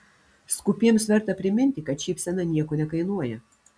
skūpiems verta priminti kad šypsena nieko nekainuoja